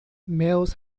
males